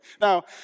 Now